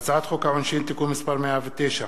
הצעת חוק העונשין (תיקון מס' 109),